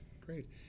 great